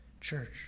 Church